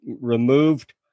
removed